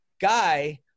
guy